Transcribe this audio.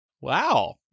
Wow